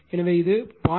எனவே இது 0